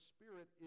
Spirit